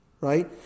right